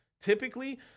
Typically